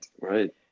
Right